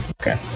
Okay